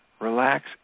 relax